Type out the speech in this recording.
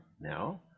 now